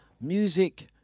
music